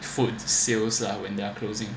food sales lah when they're closing